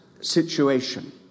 situation